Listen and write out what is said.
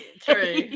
True